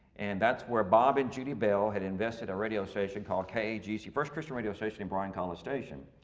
and that's where bob and judy bell had invested a radio station called kagc. first christian radio station in bryan college station.